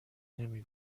نمی